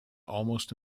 almost